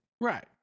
Right